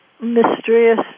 mysterious